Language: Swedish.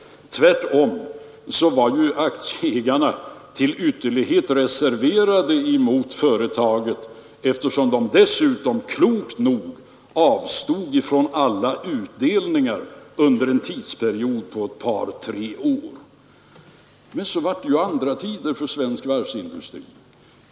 Aktieägarna var tvärtom till ytterlighet reserverade emot företaget eftersom de dessutom — klokt nog — avstod ifrån alla utdelningar under en tidsperiod av ett par tre år. Men så blev det andra tider för svensk varvsindustri.